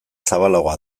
zabalagoa